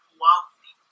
wealthy